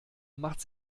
macht